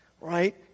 Right